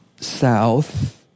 south